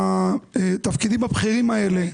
לתפקידים הבכירים האלה